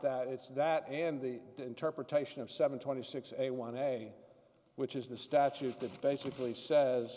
that it's that and the interpretation of seven twenty six a one area which is the statute that basically says